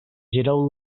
gireu